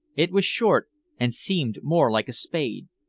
it was short and seemed more like a spade.